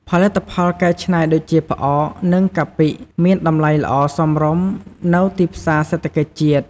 ផលិតផលកែច្នៃដូចជា ផ្អក និងកាពិមានតំលៃល្អសមរម្យនៅទីផ្សាសេដ្ឋកិច្ចជាតិ។